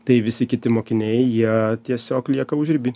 tai visi kiti mokiniai jie tiesiog lieka užriby